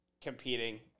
competing